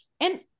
and-